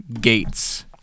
gates